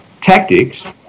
tactics